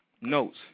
notes